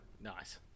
Nice